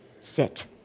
Sit